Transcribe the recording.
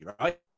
right